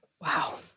Wow